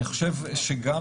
צריך גם